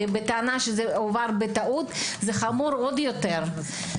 בטענה שזה הועבר בטעות זה חמור עוד יותר.